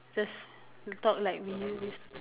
just talk like we use